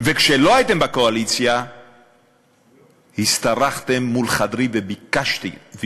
וכשלא הייתם בקואליציה השתרכתם מול חדרי וביקשתם: